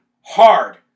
hard